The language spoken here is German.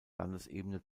landesebene